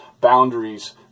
boundaries